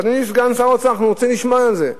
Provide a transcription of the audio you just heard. אדוני סגן שר האוצר, אנחנו רוצים לשמוע על זה.